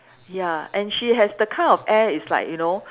ya and she has the kind of air it's like you know